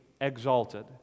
exalted